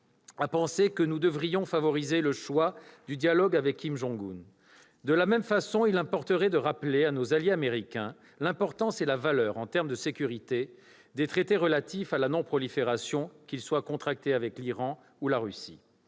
à penser que nous devrions favoriser le choix du dialogue avec Kim Jong-un. De la même façon, il importerait de rappeler à nos alliés Américains l'importance et la valeur, en termes de sécurité, des traités relatifs à la non-prolifération des armes nucléaires, qu'ils aient été contractés avec l'Iran ou la Russie.